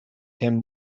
him